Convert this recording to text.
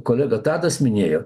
kolega tadas minėjo